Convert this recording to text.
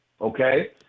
Okay